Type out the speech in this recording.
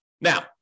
Now